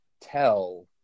tell